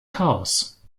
chaos